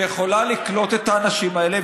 שיכולה לקלוט את האנשים האלה,